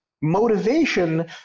motivation